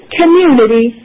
community